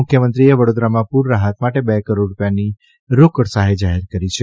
મુખ્યમંત્રીએ વડોદારમાં પૂર રાહત માટે બે કરોડ રૂપિયાની રોકડ સહાય જાહેર કરી છે